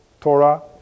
Torah